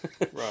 Right